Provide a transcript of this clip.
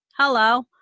hello